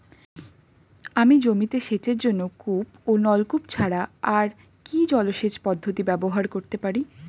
আমি জমিতে সেচের জন্য কূপ ও নলকূপ ছাড়া আর কি জলসেচ পদ্ধতি ব্যবহার করতে পারি?